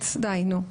קרעי, די, נו.